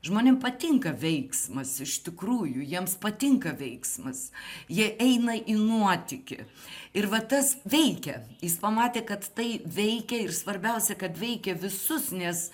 žmonėm patinka veiksmas iš tikrųjų jiems patinka veiksmas jie eina į nuotykį ir va tas veikia jis pamatė kad tai veikia ir svarbiausia kad veikia visus nes